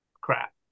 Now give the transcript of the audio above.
crap